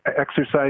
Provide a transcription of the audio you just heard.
exercise